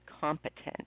competent